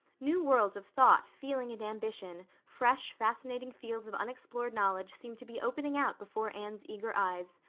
new worlds of thought, feeling, and ambition, fresh, fascinating fields of unexplored knowledge seemed to be opening out before anne's eager eyes.